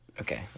Okay